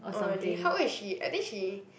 oh really how old is she I think she